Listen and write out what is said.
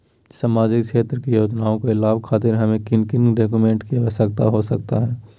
सामाजिक क्षेत्र की योजनाओं के लाभ खातिर हमें किन किन डॉक्यूमेंट की आवश्यकता हो सकता है?